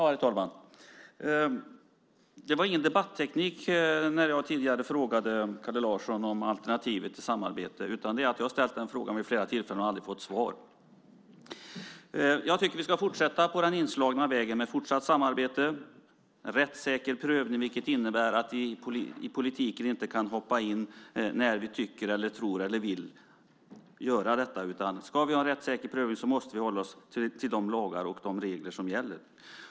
Herr talman! Det var ingen debatteknik när jag tidigare frågade Kalle Larsson om alternativet till samarbete. Jag har ställt den frågan vid flera tillfällen och aldrig fått svar. Jag tycker att vi ska fortsätta på den inslagna vägen med fortsatt samarbete och rättssäker prövning vilket innebär att vi i politiken inte kan hoppa in när vi tycker, tror eller vill. Om vi ska ha en rättssäker prövning måste vi hålla oss till de lagar och regler som gäller.